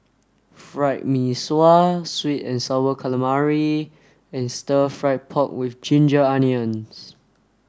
Fried Mee Sua Sweet and sour calamari and stir fried pork with ginger onions